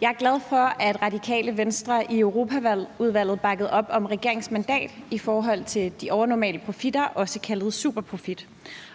Jeg er glad for, at Radikale Venstre i Europaudvalget bakkede op om regeringens mandat i forhold til de overnormale profitter, også kaldet superprofit.